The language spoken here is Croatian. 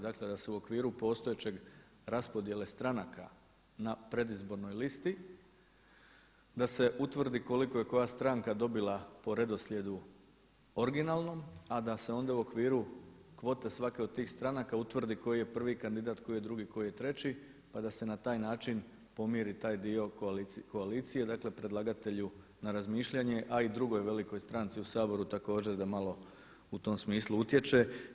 Dakle da se u okviru postojećeg raspodjele stranka na predizbornoj listi da se utvrdi koliko je koja stranka dobila po redoslijedu originalnom a da se onda u okviru kvote svake od tih stranka utvrdi koji je prvi kandidat, koji je drugi, koji je treći pa da se na taj način pomiri taj dio koalicije, dakle predlagatelju na razmišljanje a i drugoj velikoj stranci u Saboru također da malo u tom smislu utječe.